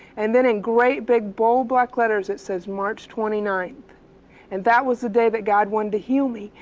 and then in great big, bold, black letters it said, march twenty ninth and that was the day that god wanted to heal me.